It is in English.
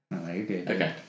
Okay